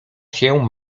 się